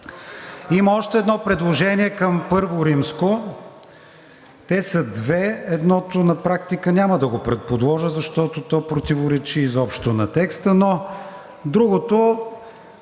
Има още едно предложение към I. Две са, едното на практика няма да го подложа, защото то противоречи изобщо на текста, но другото